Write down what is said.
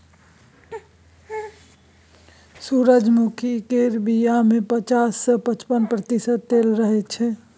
सूरजमुखी केर बीया मे पचास सँ पचपन प्रतिशत तेल रहय छै